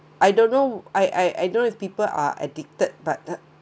I don't know I I I don't know if people are addicted but